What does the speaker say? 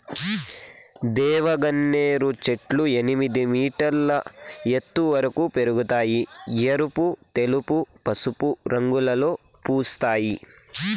దేవగన్నేరు చెట్లు ఎనిమిది మీటర్ల ఎత్తు వరకు పెరగుతాయి, ఎరుపు, తెలుపు, పసుపు రంగులలో పూస్తాయి